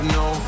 no